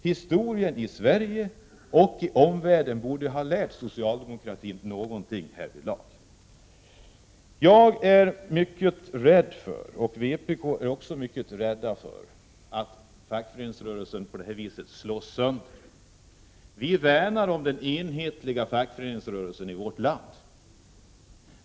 Historien i Sverige och i omvärlden borde ha lärt socialdemokratin detta. Jag och mitt parti är rädda för att fackföreningsrörelsen på detta vis slås sönder. Vi värnar om den enhetliga fackföreningsrörelsen i vårt land.